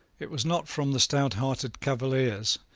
it was not from the stouthearted cavaliers,